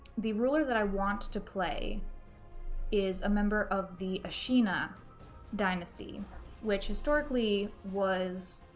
the ruler that i want to play is a member of the ashina dynasty which historically was